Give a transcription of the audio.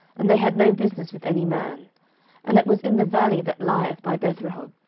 and they had no business with any man and it was in the valley that lieth by bethrehob.